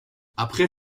après